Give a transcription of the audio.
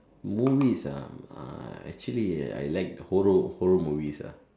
movies ah I actually I like horror horror movies ah